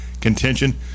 contention